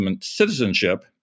citizenship